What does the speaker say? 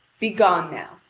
begone now.